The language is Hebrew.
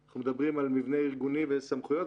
אנחנו מדברים על מבנה ארגוני וסמכויות.